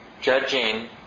judging